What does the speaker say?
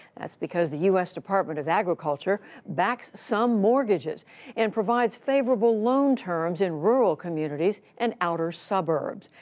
that's because the u s. department of agriculture backs some mortgages and provides favorable loan terms in rural communities and outer suburbs.